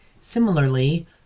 Similarly